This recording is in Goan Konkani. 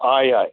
आं हय हय